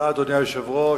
אדוני היושב-ראש,